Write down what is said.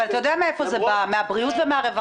אתה יודע מאיפה זה בא - מהבריאות ומהרווחה.